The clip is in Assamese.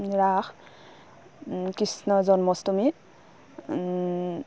ৰাস কৃষ্ণ জন্মষ্টমী